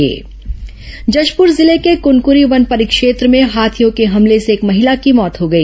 हाथी उत्पात जशपुर जिले के कुनकुरी वन परिक्षेत्र में हाथियों के हमले से एक महिला की मौत हो गई